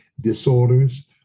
disorders